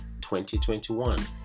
2021